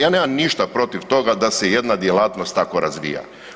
Ja nemam ništa protiv toga da se jedna djelatnost tako razvija.